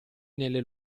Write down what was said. nelle